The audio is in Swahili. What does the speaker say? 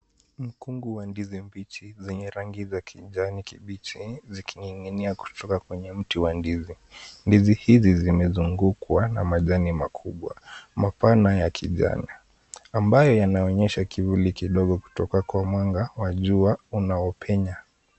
Mkungu wa ndizi mbichi zenye rangi za kijani kibichi zikining'inia kutoka kwenye mti wa ndizi. Ndizi hizi zimezungukwa na majani makubwa mapana ya kijani ambayo yanaonyesha kivuli kidogo kutoka kwa mwanga wa jua unaopenya.